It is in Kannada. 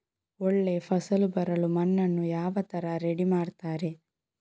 ಒಳ್ಳೆ ಫಸಲು ಬರಲು ಮಣ್ಣನ್ನು ಯಾವ ತರ ರೆಡಿ ಮಾಡ್ತಾರೆ?